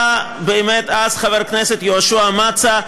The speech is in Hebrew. היה באמת אז חבר הכנסת יהושע מצא,